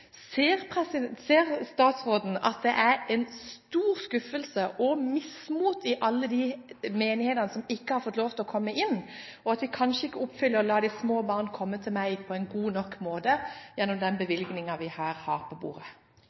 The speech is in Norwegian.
Ser statsråden at det er stor skuffelse og mismot i alle de menighetene som ikke har fått lov til å komme inn, og at vi kanskje ikke oppfyller «la de små barn komme til meg» på en god nok måte gjennom den bevilgningen vi her har på bordet?